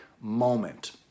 moment